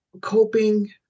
coping